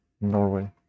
Norway